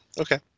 Okay